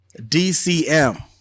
DCM